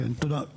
תודה,